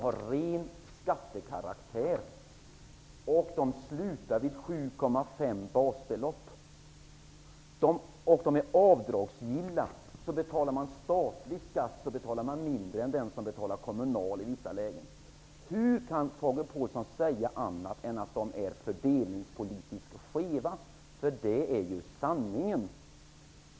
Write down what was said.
Gränsen går vid vid 7,5 basbelopp. Avgifterna är också avdragsgilla. Den som betalar statlig skatt betalar i vissa lägen mindre än den som betalar enbart kommunal skatt. Hur kan Tage Påhlsson säga något annat än att de är fördelningspolitiskt skeva? Det är ju sanningen.